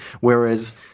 Whereas